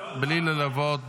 בלי ללוות,